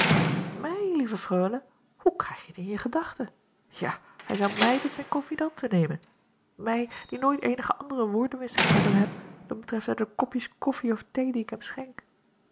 ij lieve reule hoe krijgje t in je gedachte a hij zou mij tot zijn confidente nemen mij die nooit acob van ennep laasje evenster delen eenige andere woordenwisseling met hem heb dan betreffende de kopjes koffie of thee die ik hem